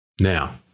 Now